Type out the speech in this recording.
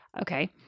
Okay